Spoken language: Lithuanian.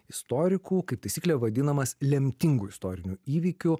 istorikų kaip taisykle vadinamas lemtingu istoriniu įvykiu